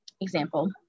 Example